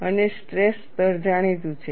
અને સ્ટ્રેસ સ્તર જાણીતું છે